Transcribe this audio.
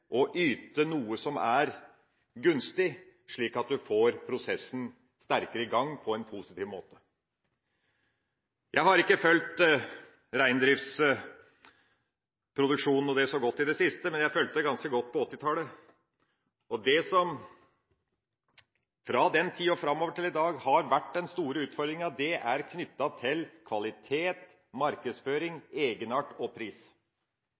å yte noe som er gunstig, slik at en får prosessen sterkere i gang på en positiv måte. Jeg har ikke fulgt reindriftsproduksjonen så godt i det siste, men jeg fulgte den ganske godt på 1980-tallet. Det som fra den tida og fram til i dag har vært den store utfordringa, er knyttet til kvalitet, markedsføring, egenart og pris.